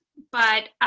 but,